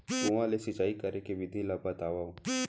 कुआं ले सिंचाई करे के विधि ला बतावव?